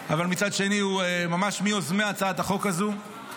אבל מצד שני הוא ממש מיוזמי הצעת החוק הזאת,